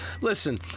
listen